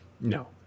No